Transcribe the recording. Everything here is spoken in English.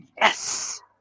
Yes